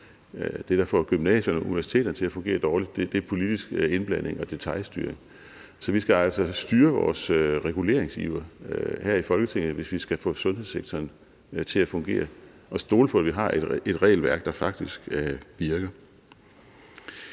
Det, der får gymnasierne og universiteterne til at fungere dårligt, er politisk indblanding og detailstyring. Så vi skal altså styre vores reguleringsiver her i Folketinget, hvis vi skal få sundhedssektoren til at fungere, og stole på, at vi har et regelværk, der faktisk virker.